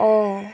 অঁ